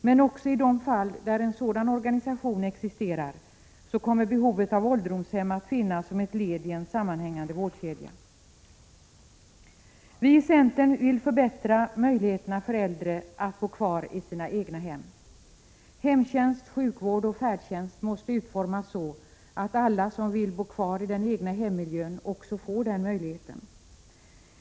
Men också i de fall där en sådan organisation existerar kommer behovet av ålderdomshem att finnas som ett led i en sammanhängande vårdkedja. Vi i centern vill förbättra möjligheterna för äldre att bo kvar i sina egna hem. Hemtjänst, sjukvård och färdtjänst måste utformas så, att alla som vill bo kvariden egna hemmiljön också får den möjligheten.